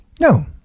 No